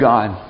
God